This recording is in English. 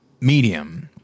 medium